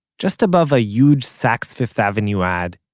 just above a huge saks fifth avenue ad,